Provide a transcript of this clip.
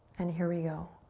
and here we go.